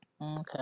Okay